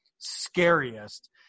scariest